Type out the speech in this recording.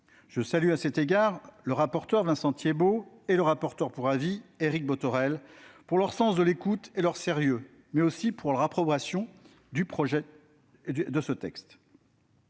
Je salue à cet égard le rapporteur, Vincent Thiébaut, et le rapporteur pour avis, Éric Bothorel, pour leur sens de l'écoute et leur sérieux, mais aussi pour leur appropriation du sujet et de ce texte.